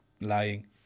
lying